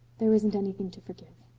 there isn't anything to forgive.